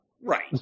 right